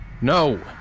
No